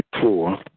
four